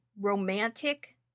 romantic